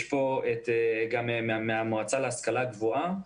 יש פה מועצה להשכלה גבוהה.